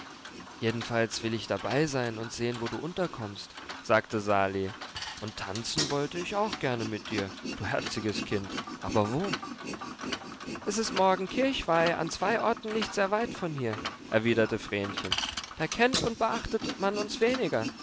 jedenfalls will ich dabei sein und sehen wo du unterkommst sagte sali und tanzen wollte ich auch gerne mit dir du herziges kind aber wo es ist morgen kirchweih an zwei orten nicht sehr weit von hier erwiderte vrenchen da kennt und beachtet man uns weniger